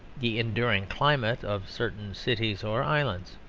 the enduring climate of certain cities or islands.